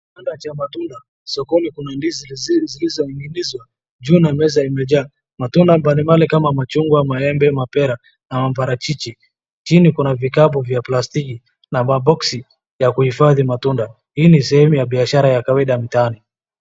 Kibanda cha matunda sokoni kuna ndizi zilizoning'inizwa juu na meza imejaa matunda mbali mbali kama machugwa, maembe, mapera na maparachichi. Chini kuna vikapu vya plastiki na maboksi ya kuhifadhi matunda. Hii ni sehemu ya biashara ya kawaida mtaani.